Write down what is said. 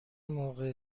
موقع